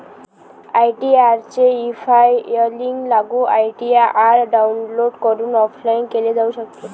ITR चे e filing लागू ITR download करून ऑफलाइन केले जाऊ शकते